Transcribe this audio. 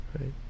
right